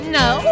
no